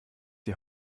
die